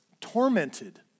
tormented